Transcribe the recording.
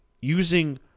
using